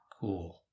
cool